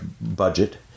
budget